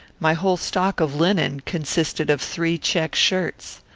my whole stock of linen consisted of three check shirts.